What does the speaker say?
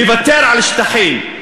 לוותר על שטחים,